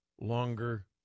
longer